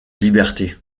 liberté